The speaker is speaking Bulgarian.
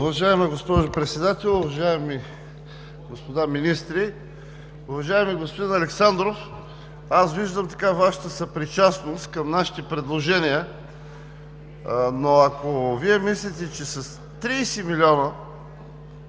Уважаема госпожо Председател, уважаеми господа министри! Уважаеми господин Александров, виждам Вашата съпричастност към нашите предложения, но ако Вие мислите, че с 30 милиона